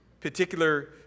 particular